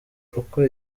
uko